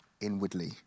inwardly